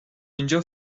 اینجا